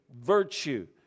virtue